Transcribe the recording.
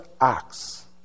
acts